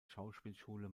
schauspielschule